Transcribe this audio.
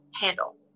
handle